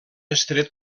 estret